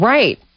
Right